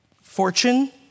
Fortune